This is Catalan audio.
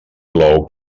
plou